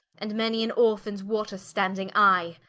and many an orphans water-standing-eye,